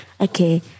Okay